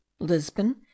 Lisbon